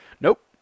Nope